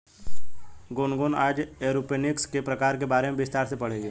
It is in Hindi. गुनगुन आज एरोपोनिक्स के प्रकारों के बारे में विस्तार से पढ़ेगी